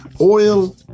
Oil